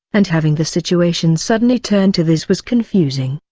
and having the situation suddenly turn to this was confusing.